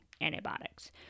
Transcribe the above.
antibiotics